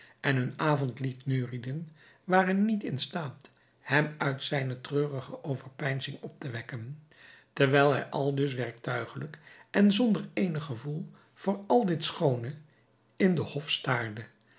en hun avondlied neurieden waren niet in staat hem uit zijne treurige overpeinzing op te wekken terwijl hij aldus werktuigelijk en zonder eenig gevoel voor al dit schoone in den hof staarde